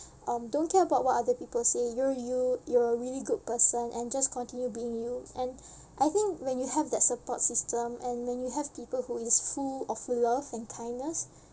um don't care about what other people say you're you you're a really good person and just continue being you and I think when you have that support system and when you have people who is full of love and kindness